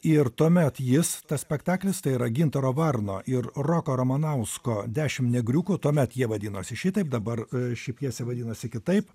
ir tuomet jis tas spektaklis tai yra gintaro varno ir roko ramanausko dešim negriukų tuomet jie vadinosi šitaip dabar ši pjesė vadinasi kitaip